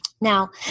Now